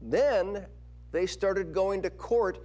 then they started going to court